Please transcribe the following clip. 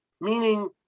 meaning